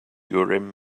urim